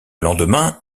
lendemain